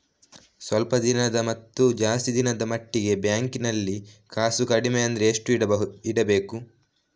ಸ್ವಲ್ಪ ದಿನದ ಮತ್ತು ಜಾಸ್ತಿ ದಿನದ ಮಟ್ಟಿಗೆ ಬ್ಯಾಂಕ್ ನಲ್ಲಿ ಕಾಸು ಕಡಿಮೆ ಅಂದ್ರೆ ಎಷ್ಟು ಇಡಬೇಕು?